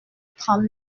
trente